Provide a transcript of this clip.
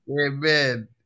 Amen